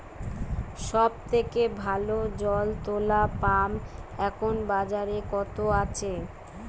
সব থেকে ভালো জল তোলা পাম্প এখন বাজারে কত আছে?